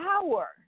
power